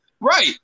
Right